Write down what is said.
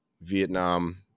vietnam